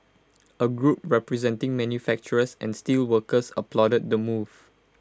A group representing manufacturers and steelworkers applauded the move